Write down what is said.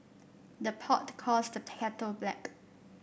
the pot calls the kettle black